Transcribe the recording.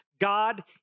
God